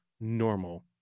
normal